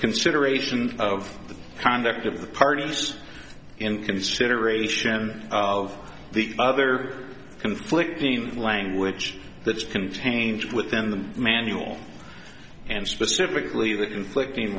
consideration of the conduct of the parties in consideration of the other conflicting language that can change within the manual and specifically the conflicting